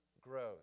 growth